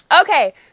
okay